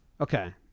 Okay